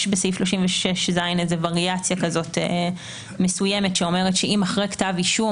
יש בסעיף 36ז וריאציה מסוימת שאם אחרי כתב אישום,